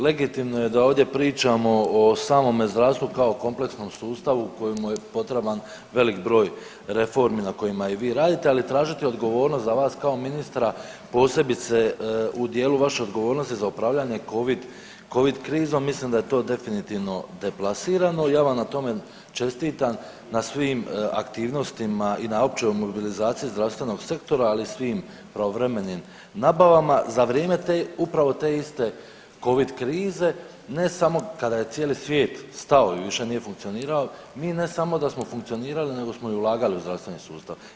Legitimno je da ovdje pričamo o samome zdravstvu kao kompleksnom sustavu kojemu je potreban velik broj reformi na kojima i vi radite, ali tražiti odgovornost za vas kao ministra posebice u dijelu vaše odgovornosti za upravljanje covid krizom mislim da je to definitivno deplasirano i ja vam na tome čestitam na svim aktivnostima i na općoj mobilizaciji zdravstvenog sektora, ali i svim pravovremenim nabavama za vrijeme upravo te iste covid krize ne samo kada je cijeli svijet stao i više nije funkcionirao mi ne samo da smo funkcionirali, nego smo i ulagali u zdravstveni sustav.